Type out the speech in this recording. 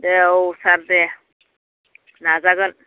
दे औ सार दे नाजागोन